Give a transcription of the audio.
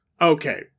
Okay